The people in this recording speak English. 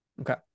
Okay